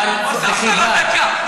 הוספת לו דקה.